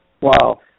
Wow